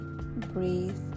breathe